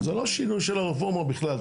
זה לא שינוי של הרפורמה בכלל.